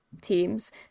teams